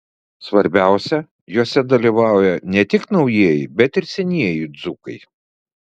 svarbiausia juose dalyvauja ne tik naujieji bet ir senieji dzūkai